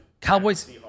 Cowboys